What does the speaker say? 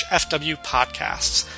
fwpodcasts